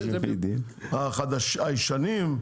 הישנים,